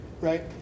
Right